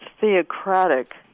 theocratic